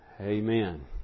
Amen